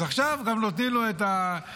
אז עכשיו גם נותנים לו את האכיפה.